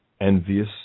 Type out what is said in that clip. envious